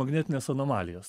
magnetinės anomalijos